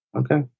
Okay